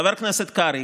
חבר הכנסת קרעי,